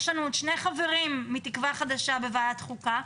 יש לנו עוד שני חברים מתקווה חדשה בוועדת חוקה,